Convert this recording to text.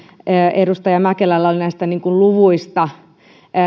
edustaja mäkelällä oli luvuista